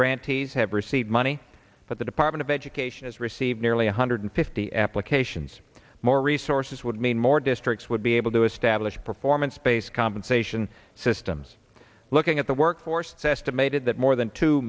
grantees have received money but the department of education has received nearly one hundred fifty applications more resources would mean more districts would be able to establish performance based compensation systems looking at the workforce estimated that more than two